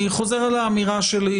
אני חוזר על האמירה שלי,